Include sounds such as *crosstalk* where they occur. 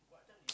*noise*